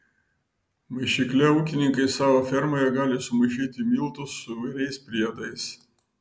maišykle ūkininkai savo fermoje gali sumaišyti miltus su įvairiais priedais